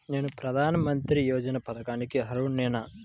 నేను ప్రధాని మంత్రి యోజన పథకానికి అర్హుడ నేన?